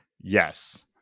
Yes